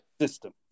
System